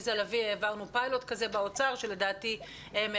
עליזה לביא פיילוט כזה באוצר, אני